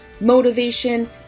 motivation